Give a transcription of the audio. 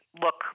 look